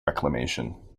reclamation